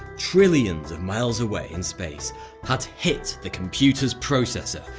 trillions of miles away in space had hit the computer's processor,